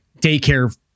daycare